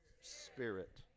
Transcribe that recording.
Spirit